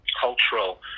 cultural